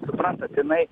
suprantat jinai